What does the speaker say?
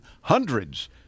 hundreds